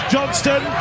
Johnston